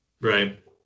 Right